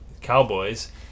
Cowboys